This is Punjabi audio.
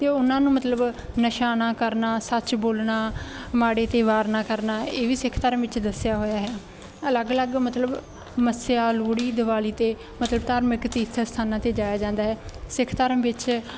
ਅਤੇ ਉਹ ਉਹਨਾਂ ਨੂੰ ਮਤਲਬ ਨਸ਼ਾ ਨਾ ਕਰਨਾ ਸੱਚ ਬੋਲਣਾ ਮਾੜੇ 'ਤੇ ਵਾਰ ਨਾ ਕਰਨਾ ਇਹ ਵੀ ਸਿੱਖ ਧਰਮ ਵਿੱਚ ਦੱਸਿਆ ਹੋਇਆ ਹੈ ਅਲੱਗ ਅਲੱਗ ਮਤਲਬ ਮੱਸਿਆ ਲੋਹੜੀ ਦੀਵਾਲੀ 'ਤੇ ਮਤਲਬ ਧਾਰਮਿਕ ਤੀਰਥ ਸਥਾਨਾਂ 'ਤੇ ਜਾਇਆ ਜਾਂਦਾ ਹੈ ਸਿੱਖ ਧਰਮ ਵਿੱਚ